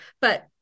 but-